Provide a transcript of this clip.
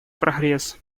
прогресс